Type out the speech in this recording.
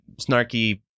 snarky